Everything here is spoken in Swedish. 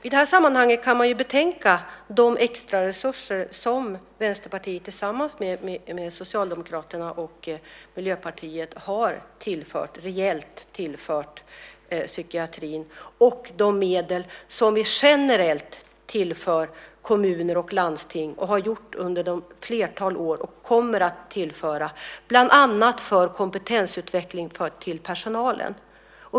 I det här sammanhanget kan man betänka de extraresurser som Vänsterpartiet tillsammans med Socialdemokraterna och Miljöpartiet reellt har tillfört psykiatrin och de medel som vi generellt har tillfört under ett flertal år och kommer att tillföra kommuner och landsting bland annat för kompetensutveckling av personalen.